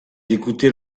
d’écouter